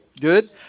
Good